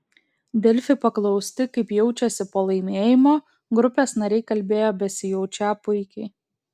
delfi paklausti kaip jaučiasi po laimėjimo grupės nariai kalbėjo besijaučią puikiai